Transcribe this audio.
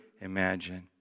imagine